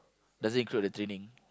does it include the training